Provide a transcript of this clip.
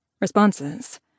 responses